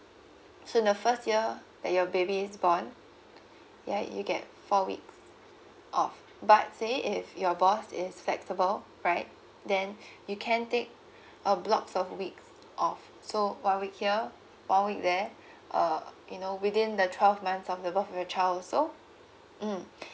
so in the first year that your baby is born yea you get four weeks of but say if your boss is flexible right then you can take a blocks of weeks off so one week here one week there uh you know within the twelve months of the birth of your child also mm